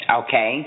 okay